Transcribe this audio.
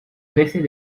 veces